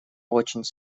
очень